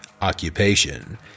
Occupation